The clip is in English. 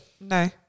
No